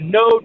no